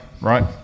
right